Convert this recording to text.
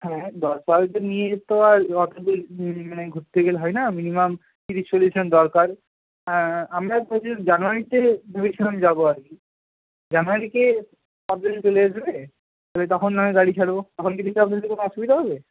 হ্যাঁ দশ বারোজন নিয়ে তো আর অতদূর মানে ঘুরতে গেলে হয় না মিনিমাম ত্রিশ চল্লিশজন দরকার আমরা জানুয়ারিতে ভেবেছিলাম যাব আর কি জানুয়ারিতে চলে আসবে তাহলে তখন না হয় গাড়ি ছাড়ব তখন কি আপনাদের কোনো অসুবিধা হবে